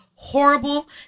Horrible